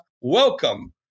Welcome